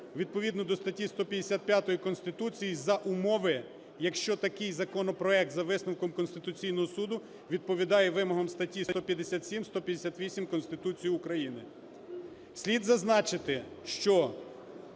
відповідно до статті 155 Конституції за умови, якщо такий законопроект за висновком Конституційного Суду відповідає вимогам статей 157, 158 Конституції України. Слід зазначити,